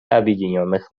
объединенных